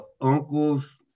uncles